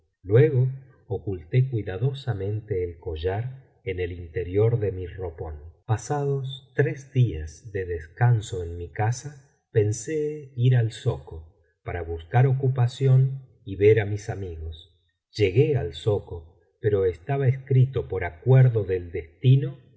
luego oculté cuidadosamente el collar en el interior de mi ropón pasados tres días de descanso en mi casa pensé ir al zoco para buscar ocupación y ver á mis amigos llegué al zoco pero estaba escrito por acuerdo del destino